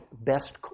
best